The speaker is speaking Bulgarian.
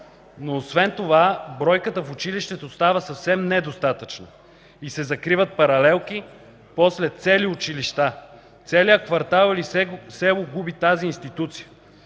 Но освен това бройката в училището остава съвсем недостатъчна и се закриват паралелки, после цели училища. Целият квартал или село губи тази институция.